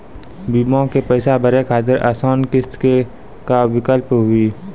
बीमा के पैसा भरे खातिर आसान किस्त के का विकल्प हुई?